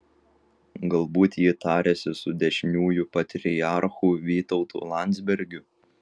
galbūt ji tariasi su dešiniųjų patriarchu vytautu landsbergiu